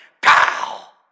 pal